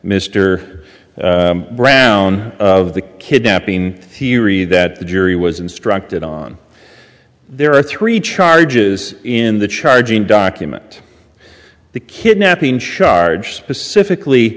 mr brown of the kidnapping theory that the jury was instructed on there are three charges in the charging document the kidnapping charge specifically